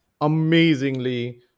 amazingly